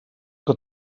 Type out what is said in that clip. que